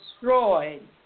destroyed